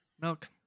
Milk